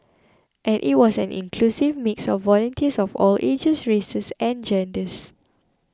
and it was an inclusive mix of volunteers of all ages races and genders